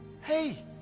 hey